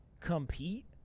compete